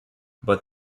but